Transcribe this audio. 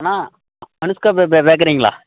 அண்ணா அனுஷ்கா பே பேக்கரீங்களா